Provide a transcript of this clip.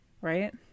right